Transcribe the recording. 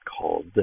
called